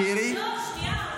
הכנסת שירי --- לא, שנייה.